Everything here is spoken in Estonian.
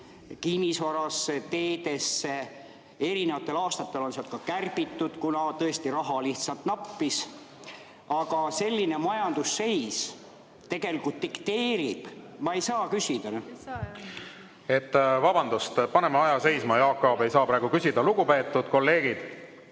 kinnisvarasse, teedesse. Erinevatel aastatel on sealt ka kärbitud, kuna tõesti raha lihtsalt nappis. Aga selline majandusseis tegelikult dikteerib … (Sumin saalis.) Ma ei saa küsida! Vabandust, paneme aja seisma, Jaak Aab ei saa praegu küsida. Lugupeetud kolleegid